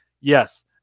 Yes